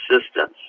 assistance